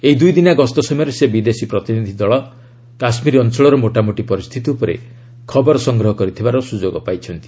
ଏହି ଦୁଇଦିନିଆ ଗସ୍ତ ସମୟରେ ସେ ବିଦେଶୀ ପ୍ରତିନିଧି ଦଳ କାଶ୍ମୀର ଅଞ୍ଚଳର ମୋଟାମୋଟି ପରିସ୍ଥିତି ଉପରେ ଖବର ସଂଗ୍ରହ କରିବାର ସୁଯୋଗ ପାଇବେ